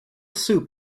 soup